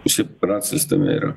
šiaip racijos tame yra